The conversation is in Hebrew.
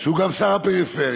שהוא גם שר הפריפריה,